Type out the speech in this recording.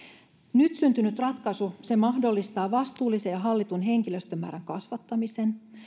nyt syntynyt ratkaisu mahdollistaa vastuullisen ja hallitun henkilöstömäärän kasvattamisen